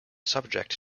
subject